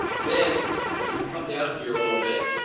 then as we come down here a little bit.